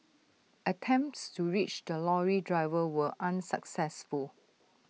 attempts to reach the lorry driver were unsuccessful